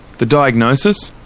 the diagnosis?